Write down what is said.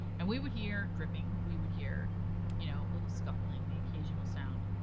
and we would hear dripping, we would hear you know little scuffling, the occasional sound.